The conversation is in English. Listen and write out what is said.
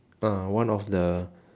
uh one of the